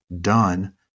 done